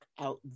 out